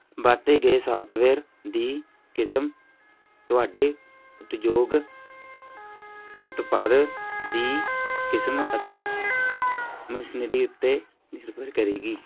ਵਰਤੇ ਗਏ ਸਾਫਟਵੇਅਰ ਦੀ ਕਿਸਮ ਤੁਹਾਡੇ ਉਦਯੋਗ ਉਤਪਾਦ ਦੀ ਕਿਸਮ ਅਤੇ ਮਸ਼ੀਨਰੀ ਉੱਤੇ ਨਿਰਭਰ ਕਰੇਗੀ